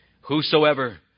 Whosoever